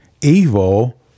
evil